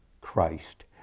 Christ